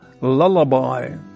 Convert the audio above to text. Lullaby